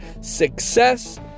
success